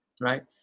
right